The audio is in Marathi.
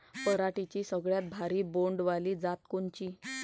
पराटीची सगळ्यात भारी बोंड वाली जात कोनची?